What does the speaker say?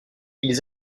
ils